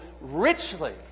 richly